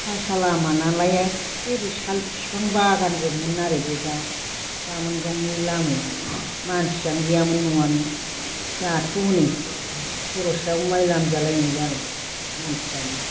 खासा लामानालाय एख्खे ओरै साल बिफां बागानजोबमोन आरो बे दा बामोनगावनि लामाया मानसियानो गैयामोन न'आनो दाथ' हनै खर'सायाव माइ लामजा लाइनाय जाबाय मानसियानो